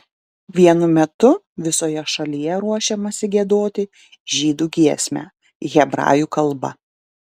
vienu metu visoje šalyje ruošiamasi giedoti žydų giesmę hebrajų kalba